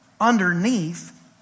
underneath